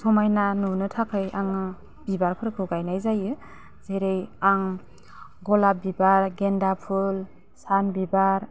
समायना नुनो थाखाय आङो बिबारफोरखौ गायनाय जायो जेरै आं गलाब बिबार गेन्दा फुल सान बिबार